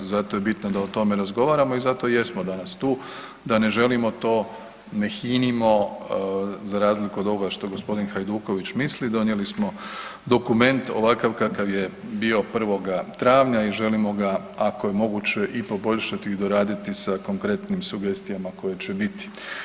Zato je bitno da o tome razgovaramo i zato i jesmo danas tu, da ne želimo to ne hinimo za razliku od ovoga što g. Hajduković misli, donijeli smo dokument ovakav kakav je bio 1.travnja i želimo ga ako je moguće i poboljšati i doraditi sa konkretnim sugestijama koje će biti.